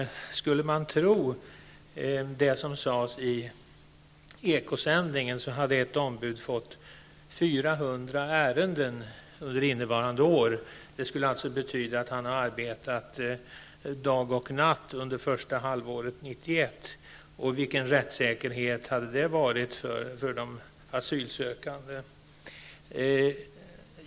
Skall man tro på det som sades i en Eko-sändning nyligen, finns det ett ombud som har fått 400 ärenden under innevarande år. Det skulle betyda att han har arbetat dag och natt under första halvåret 1991. Vilken rättssäkerhet innebär det för en asylsökande?